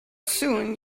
soon